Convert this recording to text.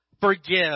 forgive